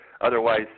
Otherwise